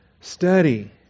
Study